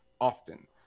often